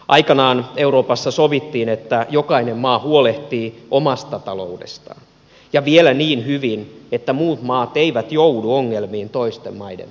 aikanaan euroopassa sovittiin että jokainen maa huolehtii omasta taloudestaan ja vielä niin hyvin että muut maat eivät joudu ongelmiin toisten maiden takia